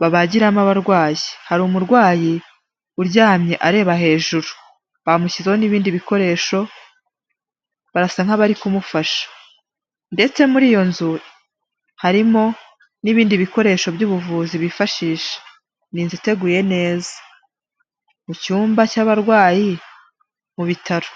babagiramo abarwayi . Hari umurwayi uryamye areba hejuru, bamushyiho n'ibindi bikoresho, barasa nk'abari kumufasha. Ndetse muri iyo nzu, harimo n'ibindi bikoresho by'ubuvuzi bifashisha. Ni inzu iteguye neza, mu cyumba cy'abarwayi mu bitaro.